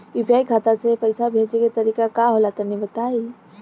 UPI खाता से पइसा भेजे के तरीका का होला तनि बताईं?